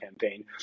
campaign